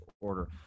order